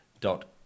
dot